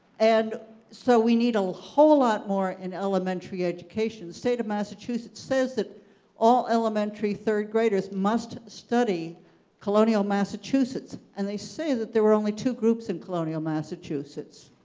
and so we need a whole lot more in elementary education. the state of massachusetts says that all elementary third graders must study colonial massachusetts. and they say that there were only two groups in and colonial massachusetts,